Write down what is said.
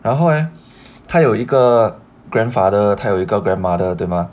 然后他有一个 grandfather 他有一个 grandmother 对吗